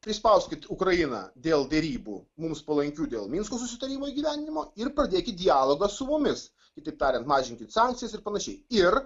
prispauskit ukrainą dėl derybų mums palaikių dėl minsko susitarimų įgyvendinimo ir pradėkit dialogą su mumis kitaip tariant mažinkit sankcijas ir panašiai ir